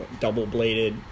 double-bladed